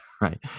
right